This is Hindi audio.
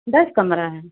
दस कमरा हैं